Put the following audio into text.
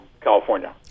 California